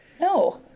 no